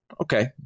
Okay